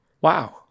Wow